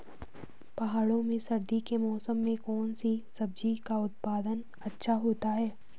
पहाड़ों में सर्दी के मौसम में कौन सी सब्जी का उत्पादन अच्छा होता है?